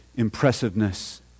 Impressiveness